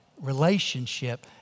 relationship